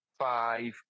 Five